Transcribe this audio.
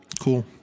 Cool